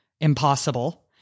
impossible